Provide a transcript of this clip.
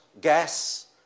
gas